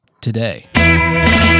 today